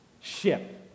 ship